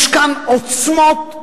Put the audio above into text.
יש כאן עוצמות אדירות,